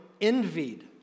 envied